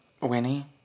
Winnie